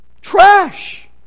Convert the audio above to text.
trash